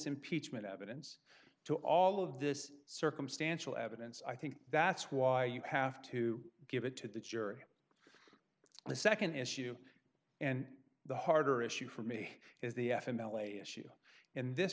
impeachment evidence to all of this circumstantial evidence i think that's why you have to give it to the jury the nd issue and the harder issue for me is the f m l a issue in this